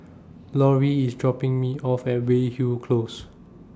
Lorrie IS dropping Me off At Weyhill Close